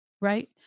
Right